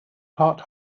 part